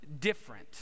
different